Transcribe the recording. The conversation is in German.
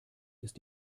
ist